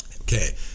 Okay